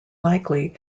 likely